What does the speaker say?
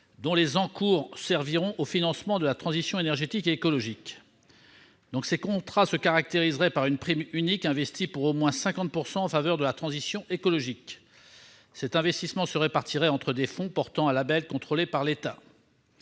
dont les encours serviront au financement de la transition énergétique et écologique. Ces contrats se caractériseraient par une prime unique, investie, pour au moins 50 %, en faveur de la transition écologique. Cet investissement se répartirait entre des fonds portant un label contrôlé par l'État.